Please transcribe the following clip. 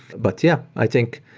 but yeah, i think